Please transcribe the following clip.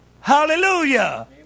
Hallelujah